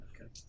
Okay